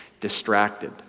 distracted